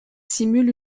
simule